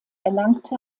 erlangte